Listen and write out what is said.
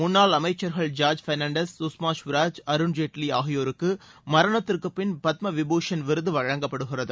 முன்னாள் அமைச்சர்கள் ஜார்ஜ் பெர்னாண்டஸ் சுஷ்மா ஸ்வராஜ் அருண்ஜேட்லி ஆகியோருக்கு மரணத்திற்கு பின் பத்ம விபூஷண் விருது வழங்கப்படுகிறது